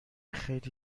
خیلی